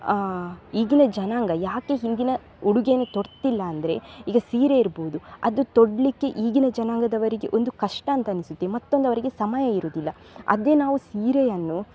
ಈಗಿನ ಜನಾಂಗ ಯಾಕೆ ಹಿಂದಿನ ಉಡುಗೆಯನ್ನು ತೊಡ್ತಿಲ್ಲ ಅಂದರೆ ಈಗ ಸೀರೆ ಇರ್ಬೋದು ಅದು ತೊಡಲಿಕ್ಕೆ ಈಗಿನ ಜನಾಂಗದವರಿಗೆ ಒಂದು ಕಷ್ಟ ಅಂತ ಅನಿಸುತ್ತೆ ಮತ್ತೊಂದು ಅವರಿಗೆ ಸಮಯ ಇರುವುದಿಲ್ಲ ಅದೇ ನಾವು ಸೀರೆಯನ್ನು